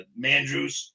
Mandrews